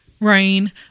rain